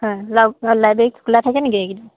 library খোলা থাকে নেকি এইকেইদিন